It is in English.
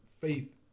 faith